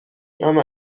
نام